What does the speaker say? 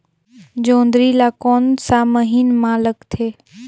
जोंदरी ला कोन सा महीन मां लगथे?